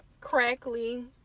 crackly